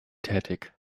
tätig